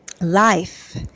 Life